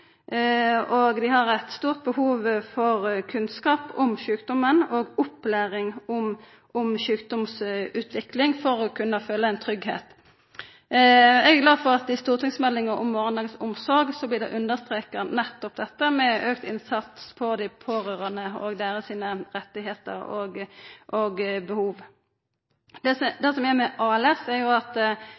situasjon. Dei har eit stort behov for kunnskap om sjukdommen og opplæring i sjukdomsutviklinga for å kunna føla tryggleik. Eg er glad for at det i stortingsmeldinga om morgondagens omsorg blir understreka nettopp dette med auka innsats for dei pårørande og deira rettar og behov. Det som er med ALS, er at det ofte kan vera unge pårørande, at